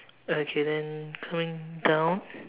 okay then coming down